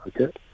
Okay